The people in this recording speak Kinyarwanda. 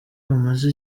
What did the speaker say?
bamaze